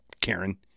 Karen